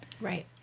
Right